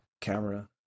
camera